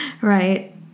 right